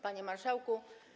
Panie Marszałku!